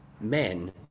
men